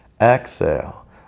exhale